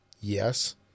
Yes